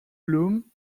blum